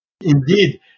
Indeed